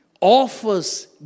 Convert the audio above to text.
Offers